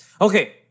Okay